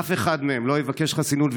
אף אחד מהם לא יבקש חסינות,